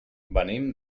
venim